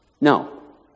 no